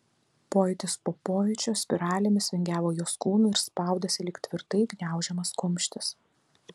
pojūtis po pojūčio spiralėmis vingiavo jos kūnu ir spaudėsi lyg tvirtai gniaužiamas kumštis